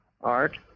art